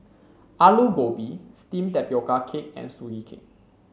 Aloo Gobi steamed tapioca cake and Sugee Cake